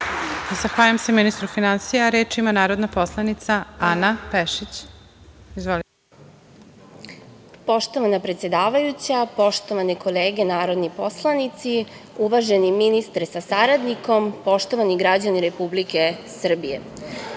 Zahvaljujem se ministru finansija. Reč ima narodna poslanica Ana Pešić. Izvolite. **Ana Pešić** Poštovana predsedavajuća, poštovane kolege narodni poslanici, uvaženi ministre sa saradnikom, poštovani građani Republike Srbije,